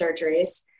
surgeries